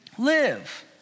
Live